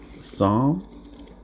Psalm